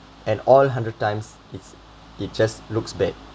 and all hundred times it's it just looks bad